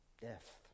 death